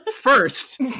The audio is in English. First